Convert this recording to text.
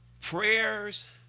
Prayers